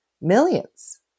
millions